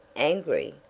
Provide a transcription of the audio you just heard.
angry?